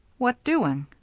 what doing?